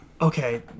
Okay